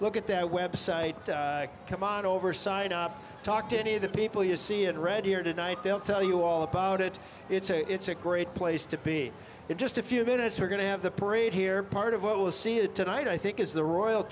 look at that website come on over sign up talk to any of the people you see and read here tonight they'll tell you all about it it's a it's a great place to be get just a few minutes we're going to have the parade here part of it will see you tonight i think is the royal